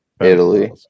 italy